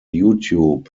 youtube